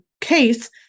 case